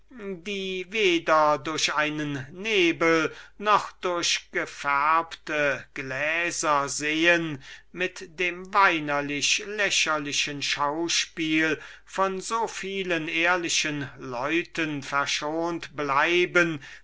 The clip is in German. welche weder durch einen nebel noch durch gefärbte gläser sehen mit dem weinerlichlächerlichen schauspiel von so vielen ehrlichen leuten verschont bleiben